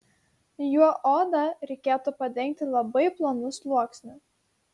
juo odą reikėtų padengti labai plonu sluoksniu